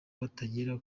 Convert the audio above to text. batagera